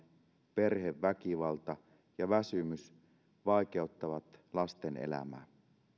perheväkivalta ja väsymys vaikeuttavat lasten elämää